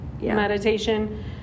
meditation